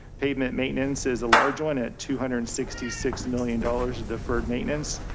pavement maintenance is a large one at two hundred and sixty six million dollars of deferred maintenance.